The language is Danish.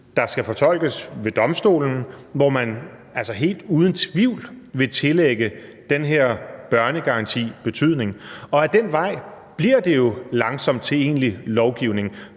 der skal fortolkes ved Domstolen, hvor man helt uden tvivl vil tillægge den her børnegaranti betydning, og ad den vej bliver det jo langsomt til egentlig lovgivning.